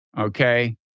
Okay